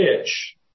pitch